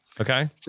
Okay